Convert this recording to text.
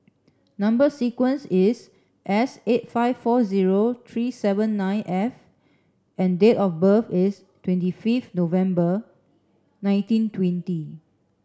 number sequence is S eight five four zero three seven nine F and date of birth is twenty fifth November nineteen twenty